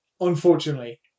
Unfortunately